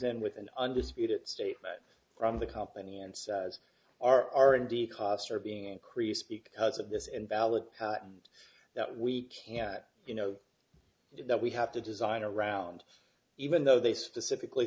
in with an undisputed statement from the company and says our r and d costs are being increased because of this and valid patent that we can you know that we have to design around even though they specifically